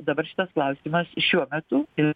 dabar šitas klausimas šiuo metu ir